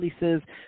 releases